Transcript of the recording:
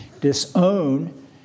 disown